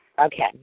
Okay